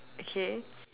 okay